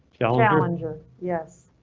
yeah challenger, yes.